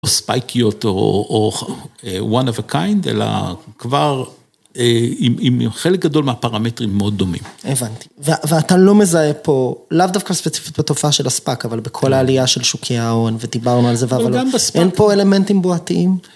או ספייקיות, או one of a kind, אלא כבר עם חלק גדול מהפרמטרים מאוד דומים. הבנתי, ואתה לא מזהה פה, לאו דווקא ספציפית בתופעה של הספאק, אבל בכל העלייה של שוקי ההון, ודיברנו על זה, אבל אין פה אלמנטים בועתיים?